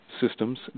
systems